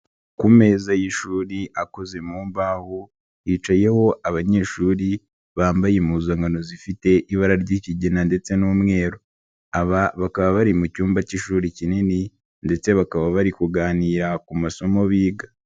Ku meza y'ishuri akoze mu mbaho hicayeho abanyeshuri bambaye impuzankano zifite ibara ry'ikigina ndetse n'umweru, aba bakaba bari mu cyumba cy'ishuri kinini ndetse bakaba bari kuganira ku masomo biga.